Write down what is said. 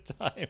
time